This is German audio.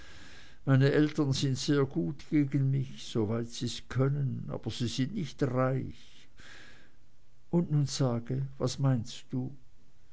meine eltern sind sehr gut gegen mich soweit sie's können aber sie sind nicht reich und nun sage was meinst du